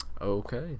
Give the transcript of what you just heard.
okay